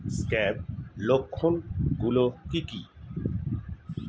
Scab লক্ষণ গুলো কি কি?